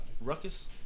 Ruckus